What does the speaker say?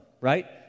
right